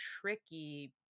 tricky